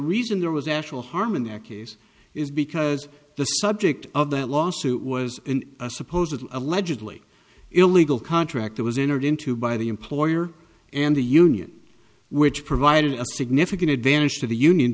reason there was actual harm in their case is because the subject of that lawsuit was in a supposedly allegedly illegal contract that was entered into by the employer and the union which provided a significant advantage to the union